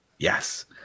Yes